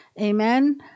Amen